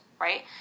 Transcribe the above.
right